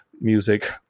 music